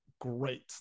great